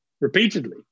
repeatedly